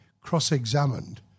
cross-examined